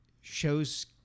shows